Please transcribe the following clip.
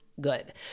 good